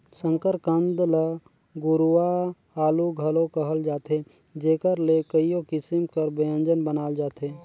सकरकंद ल गुरूवां आलू घलो कहल जाथे जेकर ले कइयो किसिम कर ब्यंजन बनाल जाथे